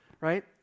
right